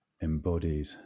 embodied